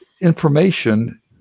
information